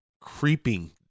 creeping